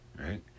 right